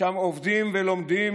ששם עובדים ולומדים,